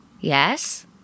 Yes